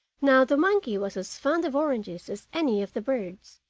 now the monkey was as fond of oranges as any of the birds,